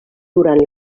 durant